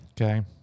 Okay